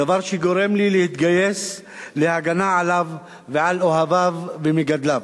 דבר שגורם לי להתגייס להגנה עליו ועל אוהביו ומגדליו.